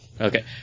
Okay